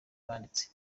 banditse